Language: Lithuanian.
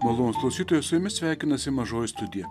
malonūs klausytojai su jumis sveikinasi mažoji studija